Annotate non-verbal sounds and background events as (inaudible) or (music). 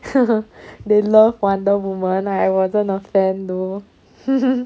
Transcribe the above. (laughs) they love wonder woman I wasn't a fan though (laughs)